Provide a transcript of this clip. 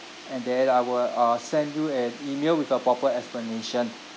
and then I will uh send you an email with a proper explanation